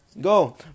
Go